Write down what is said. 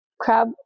crab